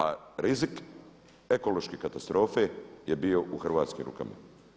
A rizik ekološke katastrofe je bio u hrvatskim rukama.